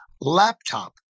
laptop